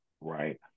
Right